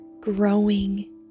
growing